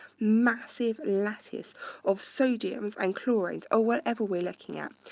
massive lattice of sodiums and chlorines, or whatever we're looking at,